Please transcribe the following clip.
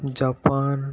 Japan